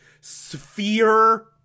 sphere